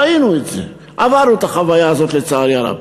ראינו את זה, עברנו את החוויה הזאת, לצערי הרב.